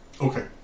Okay